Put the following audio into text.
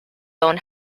own